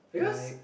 because